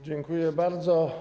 Dziękuję bardzo.